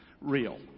Real